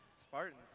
Spartans